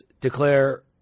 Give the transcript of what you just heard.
declare